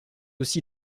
aussi